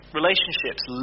relationships